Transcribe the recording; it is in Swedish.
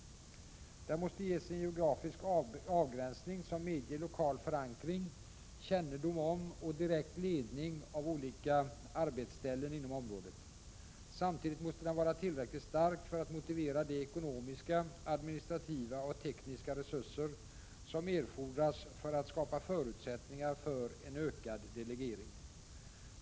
Den måste ges en geografisk avgränsning som medger lokal förankring, kännedom om och direkt ledning av olika arbetsställen inom området. Samtidigt måste den vara tillräckligt stark för att motivera de ekonomiska, administrativa och tekniska resurser som erfordras för att skapa förutsättningar för en ökad delegering.